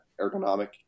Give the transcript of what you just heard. ergonomic